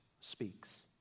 speaks